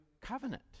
covenant